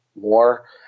more